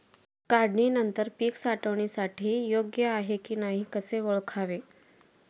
काढणी नंतर पीक साठवणीसाठी योग्य आहे की नाही कसे ओळखावे?